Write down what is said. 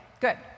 Good